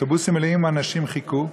אוטובוסים מלאים אנשים חיכו.